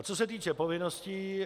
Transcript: Co se týče povinností.